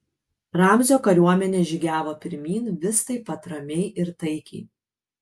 ramzio kariuomenė žygiavo pirmyn vis taip pat ramiai ir taikiai